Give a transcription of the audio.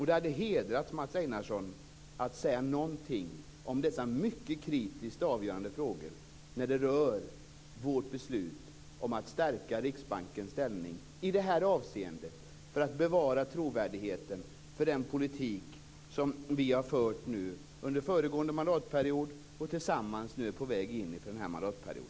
Det hade hedrat Mats Einarsson om han hade sagt någonting om dessa mycket kritiskt avgörande frågor, som rör vårt beslut om att stärka Riksbankens ställning i detta avseende för att bevara trovärdigheten för den politik som vi förde under föregående mandatperiod och som vi nu tillsammans är på väg att föra under denna mandatperiod.